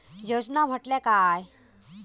योजना म्हटल्या काय?